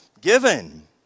given